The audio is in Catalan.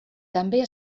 també